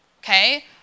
okay